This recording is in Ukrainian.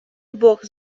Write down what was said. бог